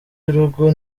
y’urugo